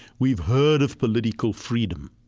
we've heard of political freedom.